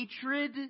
hatred